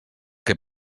que